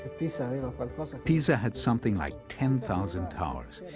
pisa you know but but pisa had something like ten thousand towers.